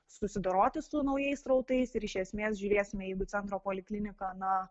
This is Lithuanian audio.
susidoroti su naujais srautais ir iš esmės žiūrėsime jeigu centro poliklinika na